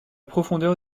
profondeur